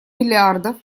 миллиардов